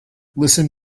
listen